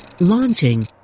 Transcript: Launching